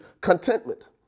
Contentment